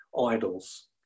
idols